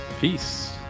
Peace